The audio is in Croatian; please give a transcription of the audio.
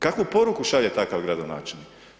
Kakvu poruku šalje takav gradonačelnik?